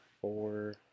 four